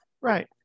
Right